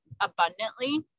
abundantly